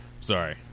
Sorry